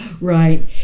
Right